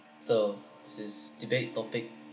so this is debate topic